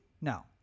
No